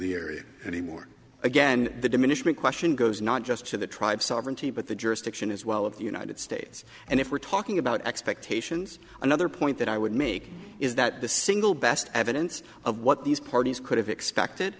the area anymore again the diminishment question goes not just to the tribes sovereignty but the jurisdiction as well of the united states and if we're talking about expectations another point that i would make is that the single best evidence of what these parties could have expected